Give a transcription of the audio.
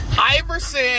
Iverson